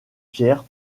pierre